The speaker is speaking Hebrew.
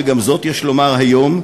וגם זאת יש לומר היום,